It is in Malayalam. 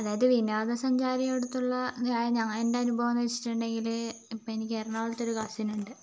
അതായത് വിനോദ സഞ്ചാരിയോടൊത്തുള്ള എൻ്റെ അനുഭവം എന്നു വച്ചിട്ടുണ്ടെങ്കിൽ ഇപ്പോൾ എനിക്ക് എറണാകുളത്തൊരു കസിനുണ്ട്